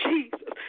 Jesus